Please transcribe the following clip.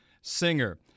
Singer